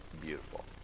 beautiful